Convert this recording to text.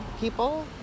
people